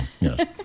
Yes